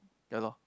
ya loh